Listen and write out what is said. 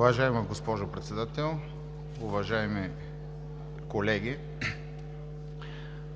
Уважаема госпожо Председател, уважаеми колеги!